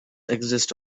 exist